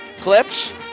clips